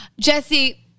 Jesse